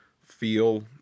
feel